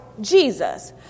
Jesus